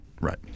Right